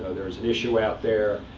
there is an issue out there